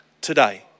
today